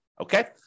Okay